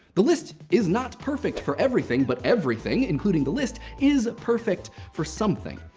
the list is not perfect for everything, but everything, including the list, is perfect for something.